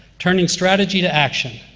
turning strategy to action.